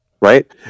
Right